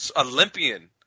olympian